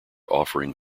offering